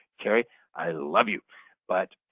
okay i love you but